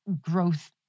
growth